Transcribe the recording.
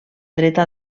dreta